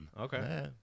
Okay